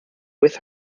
with